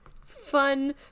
Fun